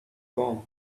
form